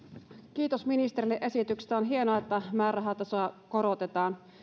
kiitos ministerille esityksestä on hienoa että määrärahatasoa korotetaan